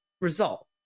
result